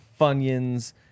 funyuns